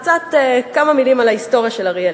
כמה מלים על ההיסטוריה של אריאל.